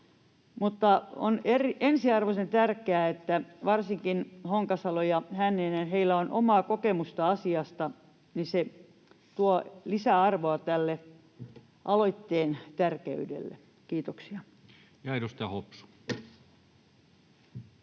On ensiarvoisen tärkeää, että varsinkin Honkasalolla ja Hännisellä on omaa kokemusta asiasta. Se tuo lisäarvoa tälle aloitteen tärkeydelle. — Kiitoksia. [Speech 160]